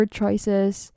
choices